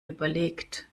überlegt